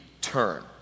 turn